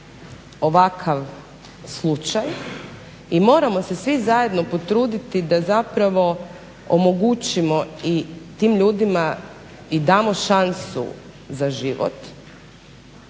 ovakav slučaj i moramo se svi zajedno potruditi da zapravo omogućimo i tim ljudima, i damo šansu za život